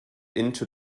into